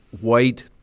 white